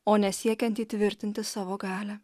o ne siekiant įtvirtinti savo galią